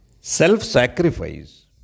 Self-sacrifice